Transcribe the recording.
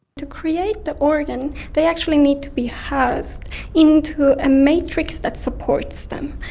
to create the organ, they actually need to be housed into a matrix that supports them,